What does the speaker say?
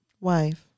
Wife